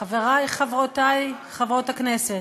חברי, חברותי, חברות הכנסת,